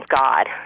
God